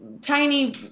tiny